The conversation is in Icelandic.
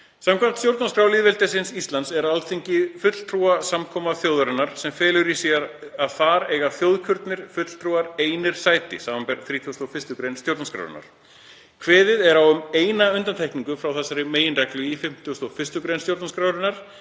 Samkvæmt stjórnarskrá lýðveldisins Íslands er Alþingi fulltrúasamkoma þjóðarinnar sem felur í sér að þar eiga þjóðkjörnir fulltrúar einir sæti, samanber 31. gr. stjórnarskrárinnar. Kveðið er á um eina undantekningu frá þessari meginreglu í 51. gr. stjórnarskrárinnar,